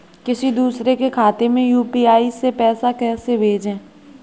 किसी दूसरे के खाते में यू.पी.आई से पैसा कैसे भेजें?